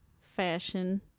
fashion